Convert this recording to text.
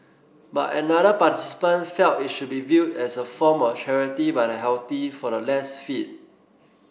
but another participant felt it should be viewed as a form of charity by the healthy for the less fit